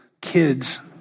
kids